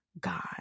God